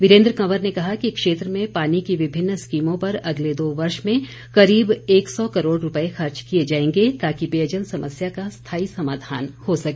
वीरेन्द्र कंवर ने कहा कि क्षेत्र में पानी की विभिन्न स्कीमों पर अगले दो वर्ष में करीब एक सौ करोड़ रूपये खर्च किए जाएंगे ताकि पेयजल समस्या का स्थाई समाधान हो सके